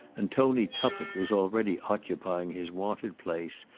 and tony tuppett was already occupying his wonted place,